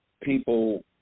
people